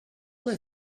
they